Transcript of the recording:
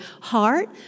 heart